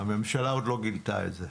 הממשלה עוד לא גילית את זה.